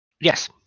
Yes